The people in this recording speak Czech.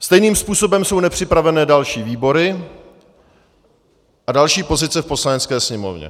Stejným způsobem jsou nepřipraveny další výbory a další pozice v Poslanecké sněmovně.